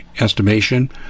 estimation